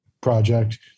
project